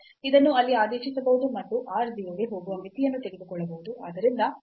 ಇದನ್ನು ಅಲ್ಲಿ ಆದೇಶಿಸಬಹುದು ಮತ್ತು r 0 ಗೆ ಹೋಗುವ ಮಿತಿಯನ್ನು ತೆಗೆದುಕೊಳ್ಳಬಹುದು